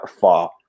far